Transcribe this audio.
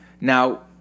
now